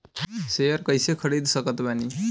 Share कइसे खरीद सकत बानी?